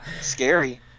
scary